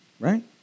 Right